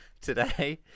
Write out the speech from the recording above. today